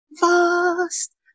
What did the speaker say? vast